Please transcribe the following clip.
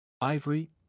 Ivory